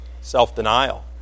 Self-denial